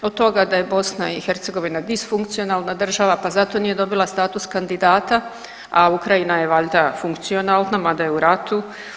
Od toga da je BiH disfunkcionalna država pa zato nije dobila status kandidata, a Ukrajina je valjda funkcionalna mada je u ratu.